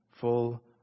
full